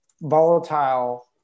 volatile